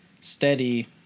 steady